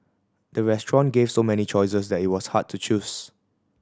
the restaurant gave so many choices that it was hard to choose